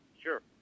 Sure